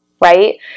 right